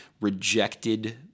rejected